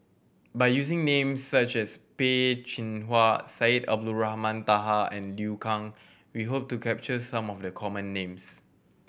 by using names such as Peh Chin Hua Syed Abdulrahman Taha and Liu Kang we hope to capture some of the common names